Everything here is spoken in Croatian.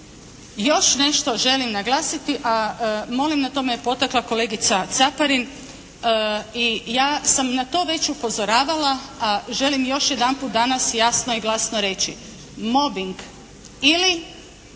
Još nešto želim naglasiti a molim na to me potakla kolegica Caparin i ja sam na to već upozoravala a želim još jedanput danas jasno i glasno reći. Mobing ili